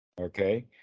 Okay